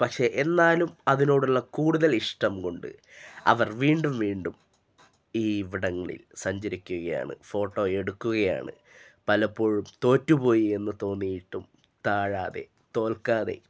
പക്ഷെ എന്നാലും അതിനോടുള്ള കൂടുതൽ ഇഷ്ടം കൊണ്ട് അവർ വീണ്ടും വീണ്ടും ഈ ഇവിടങ്ങളിൽ സഞ്ചരിക്കുകയാണ് ഫോട്ടോ എടുക്കുകയാണ് പലപ്പോഴും തോറ്റു പോയി എന്നു തോന്നിയിട്ടും താഴാതെ തോൽക്കാതെ